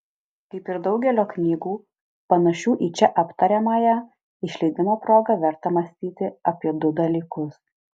kaip ir daugelio knygų panašių į čia aptariamąją išleidimo proga verta mąstyti apie du dalykus